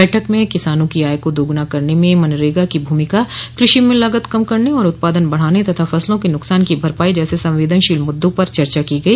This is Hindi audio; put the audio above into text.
बैठक में किसानों की आय को दोगना करने में मनरेगा की भूमिका कृषि में लागत कम करने और उत्पादन बढ़ाने तथा फसलों के नुकसान की भरपाई जैसे संवेदनशील मुद्दों पर चर्चा की गई